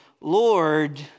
Lord